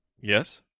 Yes